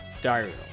Diary